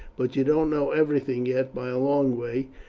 but you don't know everything yet by a long way,